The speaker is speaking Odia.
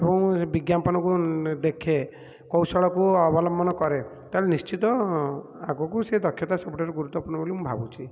ଏବଂ ବିଜ୍ଞାପନକୁ ଦେଖେ କୌଶଳକୁ ଅବଲମ୍ବନ କରେ ତାହାହେଲେ ନିଶ୍ଚିତ ଆଗକୁ ସେ ଦକ୍ଷତା ସବୁଠାରୁ ଗୁରୁତ୍ତ୍ୱପୁର୍ଣ୍ଣ ବୋଲି ମୁଁ ଭାବୁଛି